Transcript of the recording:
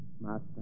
master